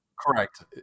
Correct